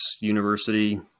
University